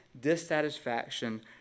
dissatisfaction